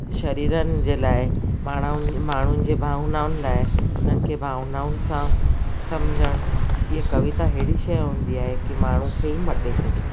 शरीरनि जे लाइ माण्हू माण्हुनि जे भावनाउनि लाइ उन्हनि खे भावनाउनि सां सम्झणु ईअं कविता अहिड़ी शइ हूंदी आहे की माण्हू खे ई मटे छॾे